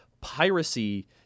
piracy